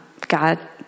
God